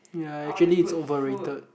ya actually it's overrated